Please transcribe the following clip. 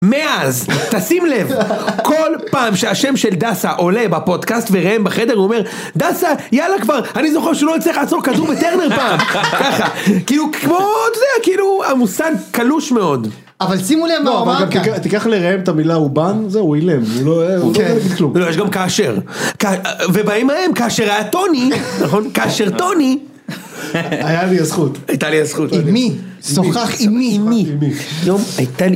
מאז תשים לב כל פעם שהשם של דסה עולה בפודקאסט וראם בחדר, הוא אומר דסה, יאללה כבר אני זוכר שלא הצליח לעצור כדור בטרנר פעם ככה, כאילו, כמו.. זה, כאילו המוסד קלוש מאוד. אבל שימו להם מה הוא אמר... תיקח לראם את המילה אורבן, זהו הוא אילם, הוא לא יודע כלום. יש גם כאשר, ובאים אליהם כאשר היה טונים, נכון ?כאשר טונים... היה לי הזכות, הייתה לי הזכות, עם מי? שוחח עם מי? עם מי ? הייתה לי...